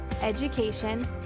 education